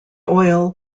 oil